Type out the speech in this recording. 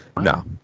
No